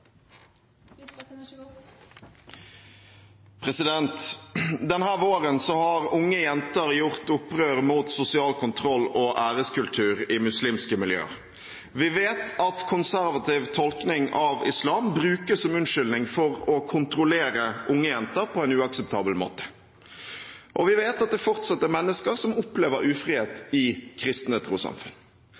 president! Denne våren har unge jenter gjort opprør mot sosial kontroll og æreskultur i muslimske miljøer. Vi vet at konservativ tolkning av islam brukes som unnskyldning for å kontrollere unge jenter på en uakseptabel måte, og vi vet at det fortsatt er mennesker som opplever ufrihet i